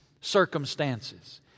circumstances